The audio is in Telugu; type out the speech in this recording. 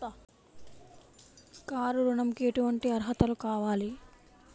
కారు ఋణంకి ఎటువంటి అర్హతలు కావాలి?